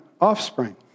offspring